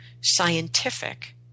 scientific